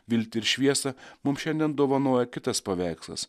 viltį ir šviesą mum šiandien dovanoja kitas paveikslas